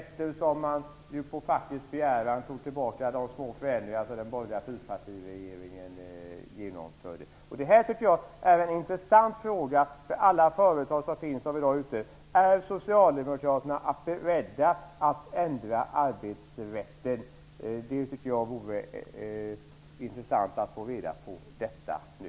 På fackets begäran tog ju Jag tycker att en intressant fråga för alla företag är om Socialdemokraterna är beredda att ändra arbetsrätten. Det vore intressant att få reda på det nu.